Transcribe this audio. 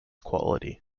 quality